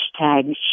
hashtag